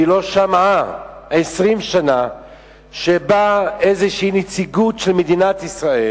והיא לא שמעה 20 שנה שבאה איזו נציגות של מדינת ישראל